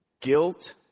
guilt